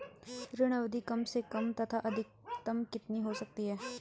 ऋण अवधि कम से कम तथा अधिकतम कितनी हो सकती है?